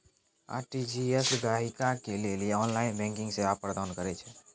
RTGS गहकि के लेली ऑनलाइन बैंकिंग सेवा प्रदान करै छै